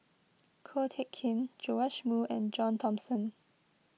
Ko Teck Kin Joash Moo and John Thomson